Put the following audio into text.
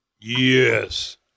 Yes